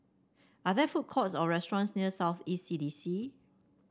are there food courts or restaurants near South East C D C